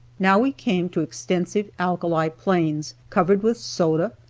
now we came to extensive alkali plains, covered with soda,